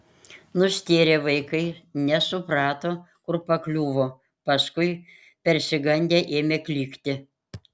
nustėrę vaikai nesuprato kur pakliuvo paskui persigandę ėmė klykti